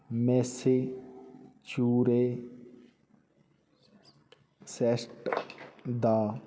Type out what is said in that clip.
Massachusetts the